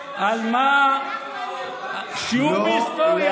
שיעור בהיסטוריה.